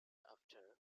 after